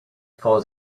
for